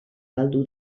galdu